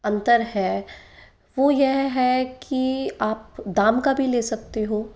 अंतर है वो यह है कि आप दाम का भी ले सकते हो